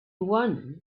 one